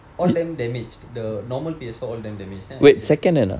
all damn damaged the normal P_S four all damn damaged then I say like